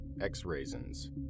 X-Raisins